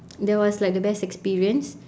that was like the best experience